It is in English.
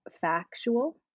factual